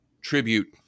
tribute